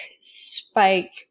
Spike